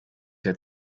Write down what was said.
der